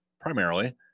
primarily